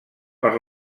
per